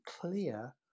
clear